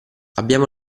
abbiamo